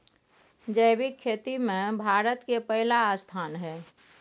जैविक खेती में भारत के पहिला स्थान हय